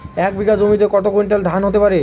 এক বিঘা জমিতে কত কুইন্টাল ধান হতে পারে?